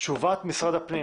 תשובת משרד הפנים